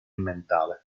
mentale